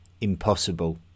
impossible